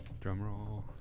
Drumroll